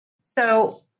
So-